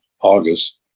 August